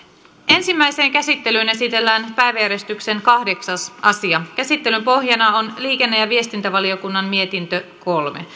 ensimmäiseen käsittelyyn esitellään päiväjärjestyksen kahdeksas asia käsittelyn pohjana on liikenne ja viestintävaliokunnan mietintö kolme